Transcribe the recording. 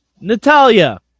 Natalia